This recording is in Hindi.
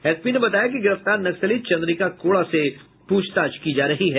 एसपी ने बताया कि गिरफ्तार नक्सली चंद्रिका कोड़ा से पूछताछ की जा रही है